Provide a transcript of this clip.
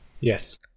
Yes